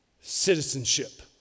citizenship